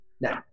Now